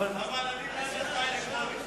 אבל אני בעד הצבעה אלקטרונית.